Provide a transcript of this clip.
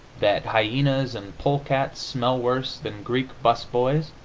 that hyenas and polecats smell worse than greek bus boys,